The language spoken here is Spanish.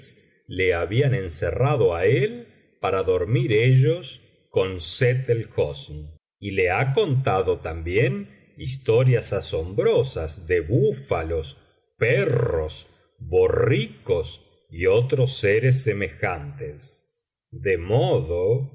le habían encerrado á él para dormir ellos con sett el hosn y ha contado también historias asombrosas de búfalos perros borricos y otros seres semejantes de modo